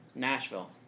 Nashville